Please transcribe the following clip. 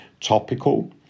topical